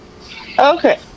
Okay